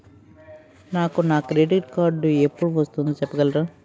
నాకు నా credit card ఎపుడు వస్తుంది చెప్పగలరా?